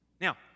Now